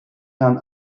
herrn